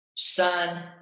Sun